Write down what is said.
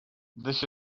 this